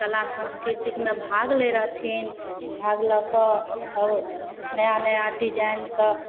कला संस्कीर्तिमे भाग लै रहथिन भाग लऽ कऽ आओर नया नया डिजाइनके